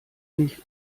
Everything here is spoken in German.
nicht